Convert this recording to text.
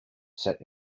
set